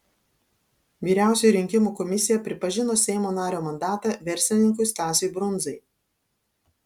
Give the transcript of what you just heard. vyriausioji rinkimų komisija pripažino seimo nario mandatą verslininkui stasiui brundzai